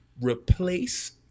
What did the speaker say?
replace